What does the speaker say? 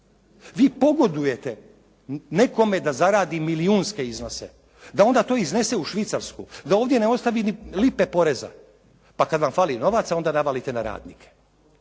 Vi pogodujete nekome da zaradi milijunske iznose, da onda to iznese u Švicarsku, da ovdje ne ostavi ni lipe poreza. Pa kad vam fali novaca, onda navalite na radnike.